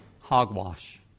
hogwash